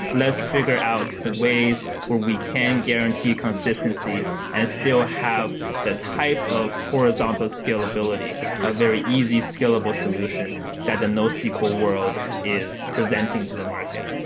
let's figure out ways where we can guarantee consistency and still have the type of horizontal scalability a very easy scalable solution that the nosql world is presenting to the market.